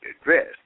address